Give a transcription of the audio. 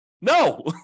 No